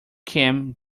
kim